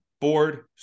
Board